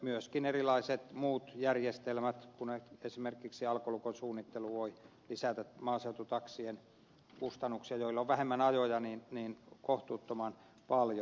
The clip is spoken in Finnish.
myöskin erilaiset muut järjestelmät kuten esimerkiksi alkolukon suunnittelu voivat lisätä sellaisten maaseututaksien kustannuksia joilla on vähemmän ajoja kohtuuttoman paljon